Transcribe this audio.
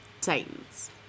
Titans